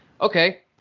okay